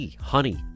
honey